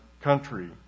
country